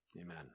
Amen